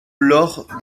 lors